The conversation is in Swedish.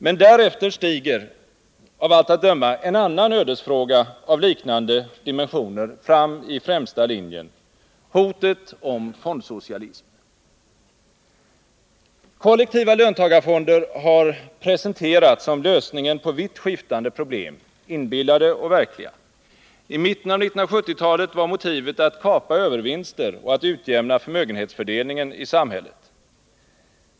Men därefter stiger av allt att döma en annan ödesfråga av liknande dimensioner fram i främsta linjen: hotet om fondsocialism. Kollektiva löntagarfonder har presenterats som lösningen på vitt skiftande problem — inbillade och verkliga. I mitten av 1970-talet var motivet att kapa övervinster och att utjämna förmögenhetsfördelningen i samhället.